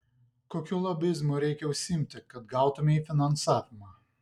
kokiu lobizmu reikia užsiimti kad gautumei finansavimą